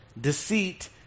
deceit